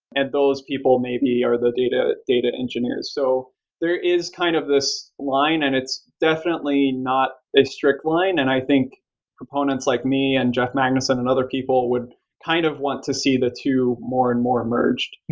those people may be are the data data engineers. so there is kind of this line and it's definitely not a strict line, and i think proponents like me and jeff magnusson and other people would kind of want to see the two more and more merged.